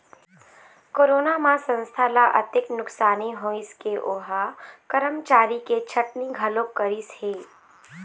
corona म संस्था ल अतेक नुकसानी होइस के ओ ह करमचारी के छटनी घलोक करिस हे